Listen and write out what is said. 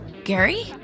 Gary